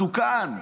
מסוכן.